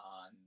on